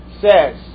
says